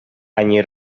они